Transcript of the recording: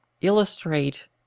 illustrate